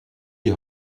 die